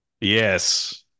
yes